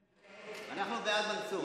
אנחנו בעד מנסור.